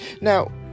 Now